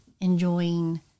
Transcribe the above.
enjoying